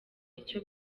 icyo